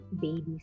babies